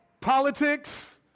politics